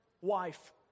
wife